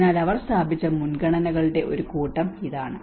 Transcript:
അതിനാൽ അവർ സ്ഥാപിച്ച മുൻഗണനകളുടെ ഒരു കൂട്ടം ഇതാണ്